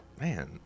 man